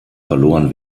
verloren